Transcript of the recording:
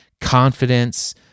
confidence